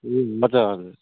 ए मजाले